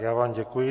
Já vám děkuji.